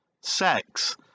sex